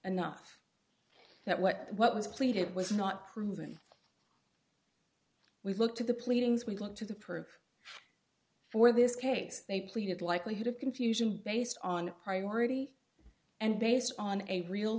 enough that what what was plead it was not proven we look to the pleadings we look to the proof for this case they pleaded likelihood of confusion based on priority and based on a real